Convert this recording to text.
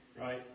Right